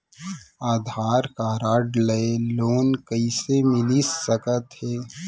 आधार card ले loan कइसे मिलिस सकत हे?